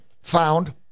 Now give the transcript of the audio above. found